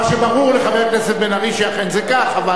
מה שברור לחבר הכנסת בן-ארי שאכן זה כך.